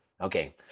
Okay